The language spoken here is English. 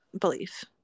belief